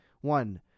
One